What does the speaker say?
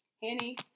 Henny